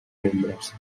membres